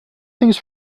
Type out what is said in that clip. things